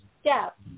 step